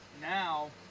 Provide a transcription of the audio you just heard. now